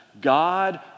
God